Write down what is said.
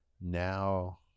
now